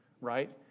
right